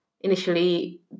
initially